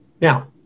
Now